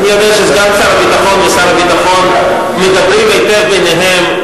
אני יודע שסגן שר הביטחון ושר הביטחון מדברים היטב ביניהם,